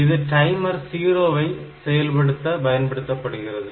இது டைமர் 0 ஐ செயல்படுத்த பயன்படுகிறது